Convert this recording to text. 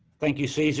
thank you, ceci,